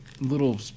little